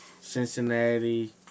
Cincinnati